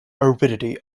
aridity